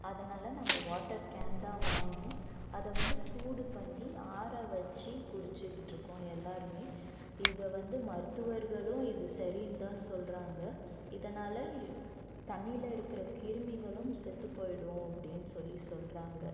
அதனால் நாங்கள் water can தான் வாங்கி அதை வந்து சூடு பண்ணி ஆற வச்சு குடிச்சுக்கிட்டு இருக்கோம் எல்லாேருமே இதை வந்து மருத்துவர்களும் இது சரின்னு தான் சொல்கிறாங்க இதனால் தண்ணியில் இருக்கிற கிருமிகளும் செத்து போய்விடும் அப்படினு சொல்லி சொல்கிறாங்க